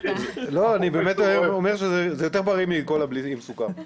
לא, אני באמת אומר שזה יותר בריא מקולה עם סוכר.